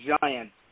Giants